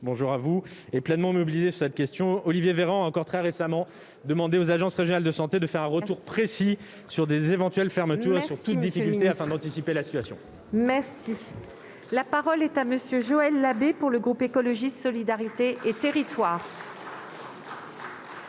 santé est pleinement mobilisé sur cette question : Olivier Véran a encore très récemment demandé aux agences régionales de santé de lui adresser des informations précises sur d'éventuelles fermetures et sur toutes difficultés, afin d'anticiper la situation. La parole est à M. Joël Labbé, pour le groupe Écologiste - Solidarité et Territoires.